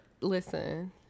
Listen